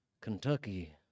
Kentucky